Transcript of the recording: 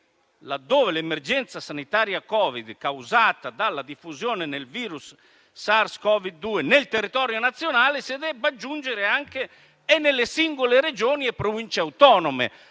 parole «l'emergenza sanitaria causata dalla diffusione del virus SARS-CoV-2 nel territorio nazionale, le altre «e nelle singole Regioni e Province autonome».